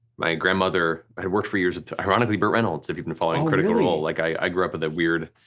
my grandmother worked for years with, ironically burt reynolds if you've been following critical role, like i grew up with a weird,